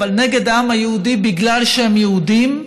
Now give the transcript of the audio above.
אבל נגד העם היהודי בגלל שהם יהודים.